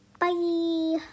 bye